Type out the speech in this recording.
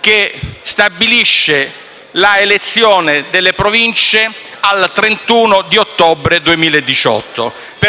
che stabilisce l'elezione delle Province al 31 ottobre 2018,